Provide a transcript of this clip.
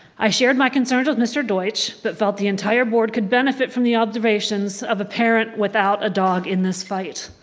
i shared my concerns with mr. deutsche but felt the entire board could benefit from the observations of a parent without a dog in this fight.